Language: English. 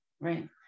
right